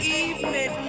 evening